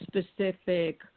specific